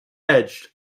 edged